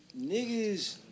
Niggas